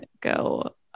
go